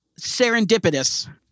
serendipitous